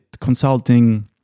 consulting